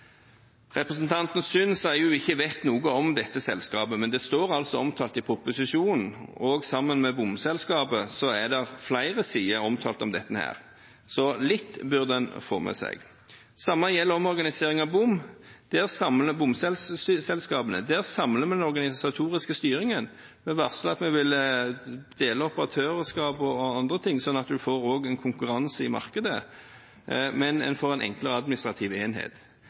Representanten Sund sa hun ikke visste noe om dette selskapet, men det står altså omtalt i proposisjonen, og sammen med omtalen av bomselskapet, er det flere sider omtale av dette, så litt burde en få med seg. Det samme gjelder omorganisering av bomselskapene. Der samler vi nå den organisatoriske styringen. Vi varsler at vi vil dele operatørskap og andre ting sånn at en òg får en konkurranse i markedet, men en får en enklere administrativ enhet.